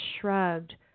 Shrugged